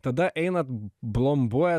tada einat blombuoja